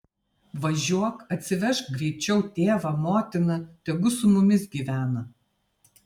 važiuok atsivežk greičiau tėvą motiną tegu su mumis gyvena